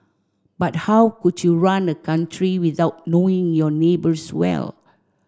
but how could you run a country without knowing your neighbours well